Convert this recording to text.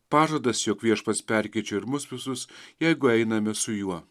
pažadas jog viešpats perkeičia ir mus visus jeigu einame su juo